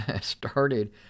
Started